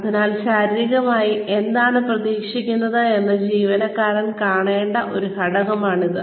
അതിനാൽ ശാരീരികമായി എന്താണ് പ്രതീക്ഷിക്കുന്നതെന്ന് ജീവനക്കാരന് കാണിക്കേണ്ട ഒരു ഘടകമാണിത്